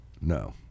no